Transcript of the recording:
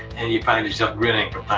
and you find yourself grinning from